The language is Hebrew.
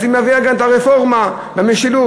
אז היא מביאה את הרפורמה במשילות.